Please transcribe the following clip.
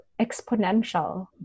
exponential